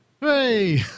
Hey